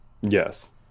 Yes